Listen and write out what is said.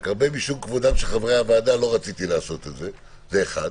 משום כבודם של חברי הוועדה לא רציתי לעשות את זה זה אחת.